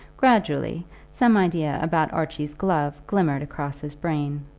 gradually some idea about archie's glove glimmered across his brain.